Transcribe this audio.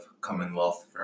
commonwealth